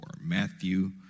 Matthew